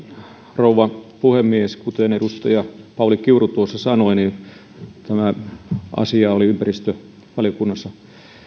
rouva puhemies kuten edustaja pauli kiuru sanoi tämä asia oli ympäristövaliokunnassa